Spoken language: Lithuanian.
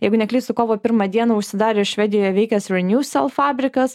jeigu neklystu kovo pirmą dieną užsidarė švedijoje veikęs reniūsel fabrikas